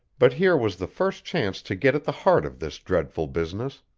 but here was the first chance to get at the heart of this dreadful business.